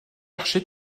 archer